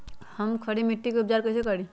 हम खड़ी मिट्टी के उपचार कईसे करी?